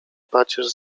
pacierz